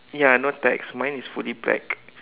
ya no tax mine is fully black